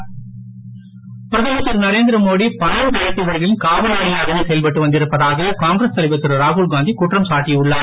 ராகுல்காந்தி பிரதமர் திரு நரேந்திரமோடி பணம் படைத்தவர்களின் காவலாளியாகவே செயல்பட்டு வந்திருப்பதாக காங்கிரஸ் தலைவர் திரு ராகுல்காந்தி குற்றம் சாட்டி உள்ளார்